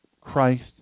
Christ